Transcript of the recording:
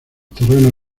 terrenos